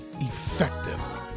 effective